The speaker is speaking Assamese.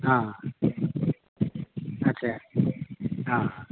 অঁ আচ্ছা অঁ